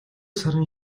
сарын